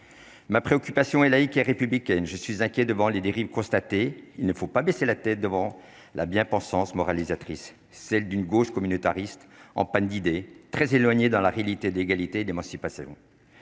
ma préoccupation et laïque et République a une je suis inquiet devant les dérives constatées, il ne faut pas baisser la tête devant la bien-pensance moralisatrice, celle d'une gauche communautariste, en panne d'idées très éloigné dans la réalité, d'égalité, d'émancipation